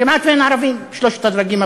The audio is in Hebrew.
כמעט שאין ערבים בשלושת הדרגים הבכירים.